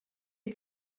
est